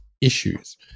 issues